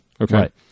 Okay